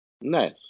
nice